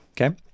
Okay